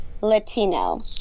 Latino